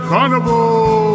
Carnival